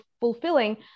fulfilling